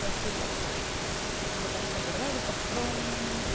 first இயரில் ரொம்ப கஷ்டப்பட்டது அதுக்கப்புறம்